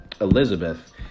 Elizabeth